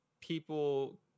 people